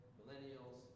millennials